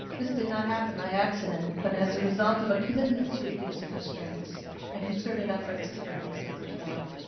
this did not happen by accident but as a result of commitment to reducing restraints a concerted efforts to bring these numbers down.